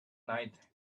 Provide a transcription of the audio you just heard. night